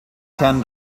ten